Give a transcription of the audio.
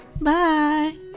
bye